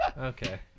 Okay